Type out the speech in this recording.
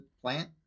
plant